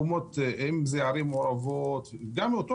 בעיקר ערים מעורבות אבל לא רק,